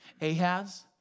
Ahaz